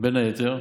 בין היתר,